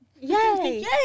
Yay